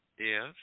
Yes